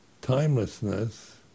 Timelessness